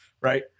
Right